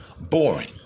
boring